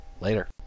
Later